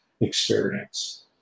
experience